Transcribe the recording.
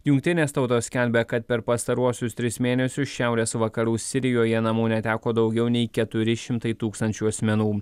jungtinės tautos skelbia kad per pastaruosius tris mėnesius šiaurės vakarų sirijoje namų neteko daugiau nei keturi šimtai tūkstančių asmenų